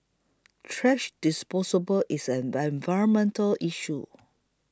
thrash disposal is an environmental issue